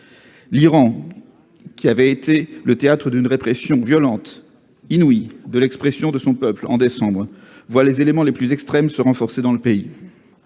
L'Iran, qui avait été le théâtre d'une répression violente, inouïe, de l'expression de son peuple en décembre, voit les éléments les plus extrêmes se renforcer dans le pays.